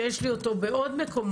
שיש לי אותו בעוד מקומות,